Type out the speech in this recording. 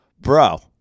Bro